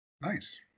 nice